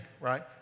right